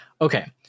Okay